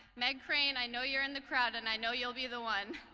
meg crane, i know you're in the crowd and i know you'll be the one.